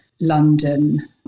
London